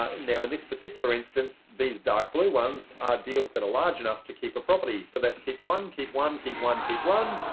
um now, in this particular instance, these dark blue ones are deals that are large enough to keep a property. so that's keep one, keep one, keep one, keep one,